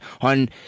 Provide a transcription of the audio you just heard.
On